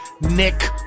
nick